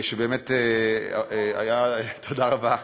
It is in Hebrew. שבאמת היה, תודה רבה.